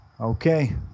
Okay